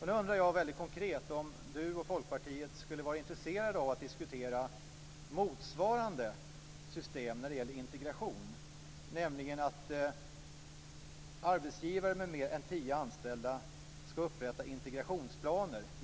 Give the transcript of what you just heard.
Jag undrar nu väldigt konkret om Lars Leijonborg och Folkpartiet skulle vara intresserade av att diskutera ett motsvarande system när det gäller integration, nämligen att arbetsgivare med mer än tio anställda ska upprätta integrationsplaner.